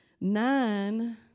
nine